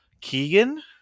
Keegan